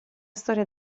storia